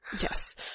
Yes